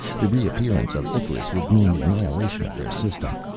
the reappearance of icarus would mean the annihilation of their system.